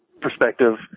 perspective